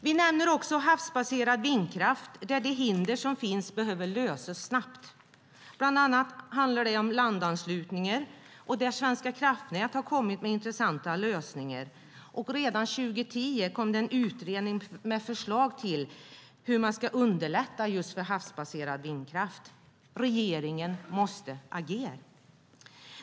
Vi nämner också havsbaserad vindkraft där de hinder som finns behöver lösas snabbt. Bland annat handlar det om landanslutningar, och där har Svenska kraftnät kommit med intressanta lösningar. Redan 2010 kom en utredning med förslag till hur man ska underlätta just för havsbaserad vindkraft. Regeringen måste agera.